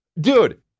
dude